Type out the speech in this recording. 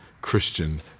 Christian